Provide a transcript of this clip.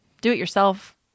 do-it-yourself